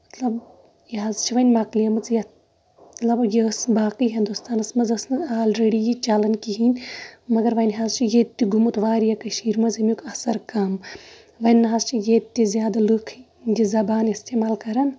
مطلب یہِ حظ چھِ وۄنۍ مۄکلیمٕژ یَتھ مطلب یہِ ٲسۍ باقٕے ہِندوستانَس منٛز ٲسۍ نہٕ اَلریڈی یہِ چلان کِہینۍ مَگر وۄنۍ حظ چھِ ییٚتہِ تہِ گوٚومُت واریاہ کٔشیٖر منٛز اَمیُک اَثر کم وۄنۍ نہ حظ چھِ ییٚتہِ تہِ زیادٕ لُکھ یہِ زَبان اِستعمال کران